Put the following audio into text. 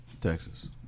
Texas